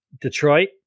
Detroit